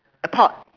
a pot